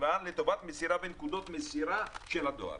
הנמען לטובת מסירה בנקודות מסירה של הדואר.